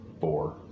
four